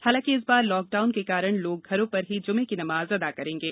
हालांकि इस बार लॉकडाउन के कारण लोग घरों पर ही जुमे की नमाज अदा करेंगे